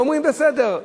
ואומרים: בסדר.